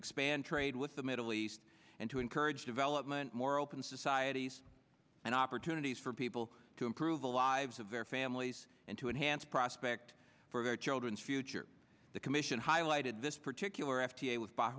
expand trade with the middle east and to encourage development more open societies and opportunities for people to improve the lives of their families and to enhance prospect for their children's future the commission highlighted this particular f d a with